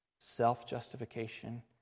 self-justification